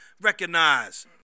recognize